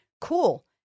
Cool